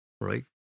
right